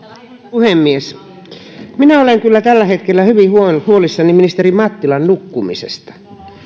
puhemies minä olen kyllä tällä hetkellä hyvin huolissani ministeri mattilan nukkumisesta